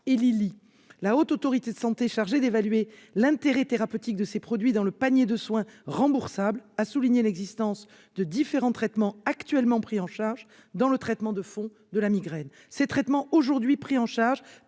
et Lilly. La Haute Autorité de santé, chargée d'évaluer l'intérêt thérapeutique de ces produits dans le panier de soins remboursables, a souligné l'existence de différents traitements actuellement pris en charge dans le traitement de fond de la migraine. Ces derniers permettent une